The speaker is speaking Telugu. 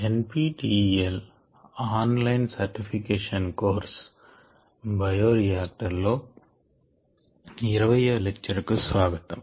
NPTEL online certification course bioreactor లో 20వ లెక్చర్ కు స్వాగతం